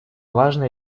важная